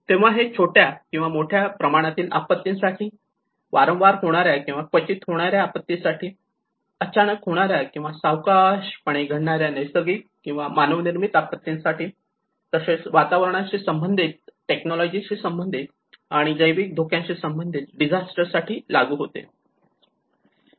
तेव्हा हे छोट्या किंवा मोठ्या प्रमाणातील आपत्तीसाठी वारंवार होणाऱ्या आणि क्वचित होणाऱ्या आपत्तीसाठी अचानक होणाऱ्या किंवा सावकाशपणे घडणाऱ्या नैसर्गिक किंवा मानवनिर्मित आपत्तीसाठी तसेच वातावरणाशी संबंधित टेक्नॉलॉजी शी संबंधित आणि जैविक धोक्याशी संबंधित डिझास्टर साठी लागू होते